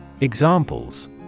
Examples